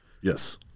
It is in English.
yes